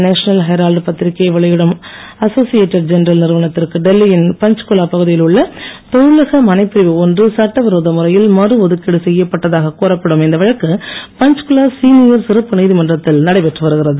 national Herald பத்திரிகையை வெளியிடும் Associated Journal நிறுவனத்திற்கு டெல்லியின் பஞ்ச்குலா பகுதியில் உள்ள தொழிலக மனைப்பிரிவு ஒன்று சட்ட விரோத முறையில் மறு ஒதுக்கீடு செய்யப்பட்டதாக கூறப்படும் இந்த வழக்கு பஞ்ச்குலா சீனியர் சிறப்பு நீதிமன்றத்தில் நடைபெற்று வருகிறது